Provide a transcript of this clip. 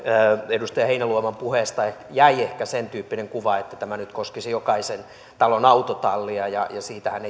edustaja heinäluoman puheesta jäi ehkä sen tyyppinen kuva että tämä nyt koskisi jokaisen talon autotallia ja siitähän